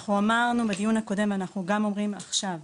אנחנו אמרנו בדיון הקודם ואנחנו גם אומרים עכשיו,